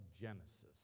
Genesis